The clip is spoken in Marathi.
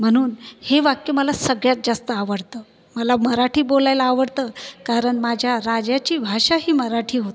म्हणून हे वाक्य मला सगळ्यात जास्त आवडतं मला मराठी बोलायला आवडतं कारण माझ्या राजाची भाषाही मराठी होती